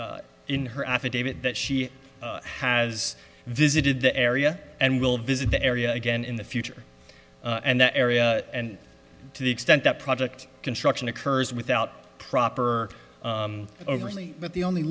the in her affidavit that she has visited the area and will visit the area again in the future and the area and to the extent that project construction occurs without proper or overly with the only